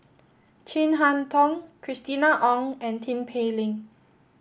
Chin Harn Tong Christina Ong and Tin Pei Ling